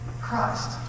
Christ